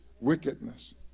wickedness